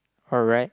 alright